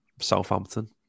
Southampton